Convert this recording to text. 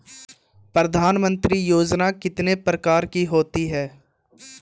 प्रधानमंत्री योजना कितने प्रकार की होती है?